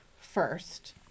first